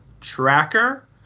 Tracker